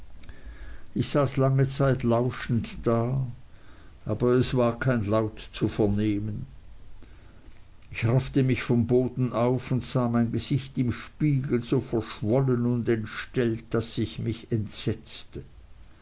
ich saß lange zeit lauschend da aber es war kein laut zu vernehmen ich raffte mich vom boden auf und sah mein gesicht im spiegel so verschwollen und entstellt daß ich mich entsetzte